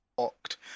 fucked